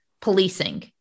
policing